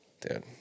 dude